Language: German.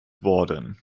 worden